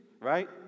right